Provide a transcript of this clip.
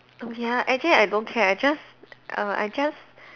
oh ya actually I don't care I just err I just